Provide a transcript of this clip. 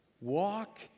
Walk